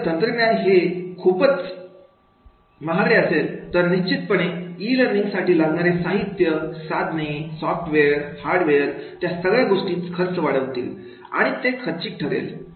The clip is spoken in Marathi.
जर तंत्रज्ञान हेच स्वतः खूप महागडे असेल तर निश्चितपणे ई लर्निंग साठी लागणारे साहित्य साधने सॉफ्टवेअर हार्डवेयर त्या सगळ्या गोष्टी खर्च वाढवतील आणि ते खर्चिक ठरेल